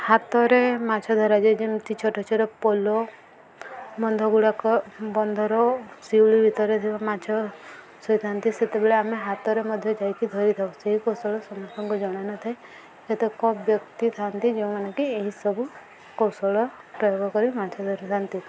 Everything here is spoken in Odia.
ହାତରେ ମାଛ ଧରାଯାଏ ଯେମିତି ଛୋଟ ଛୋଟ ପୋଲ ବନ୍ଧ ଗୁଡ଼ାକ ବନ୍ଧର ଶିଉଳି ଭିତରେ ମାଛ ଶୋଇଥାନ୍ତି ସେତେବେଳେ ଆମେ ହାତରେ ମଧ୍ୟ ଯାଇକି ଧରିଥାଉ ସେହି କୌଶଳ ସମସ୍ତଙ୍କୁ ଜଣ ନଥାଏ ଏତେ କମ୍ ବ୍ୟକ୍ତି ଥାନ୍ତି ଯେଉଁମାନେ କି ଏହିସବୁ କୌଶଳ ପ୍ରୟୋଗ କରି ମାଛ ଧରିଥାନ୍ତି